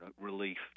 relief